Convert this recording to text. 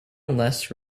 less